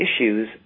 issues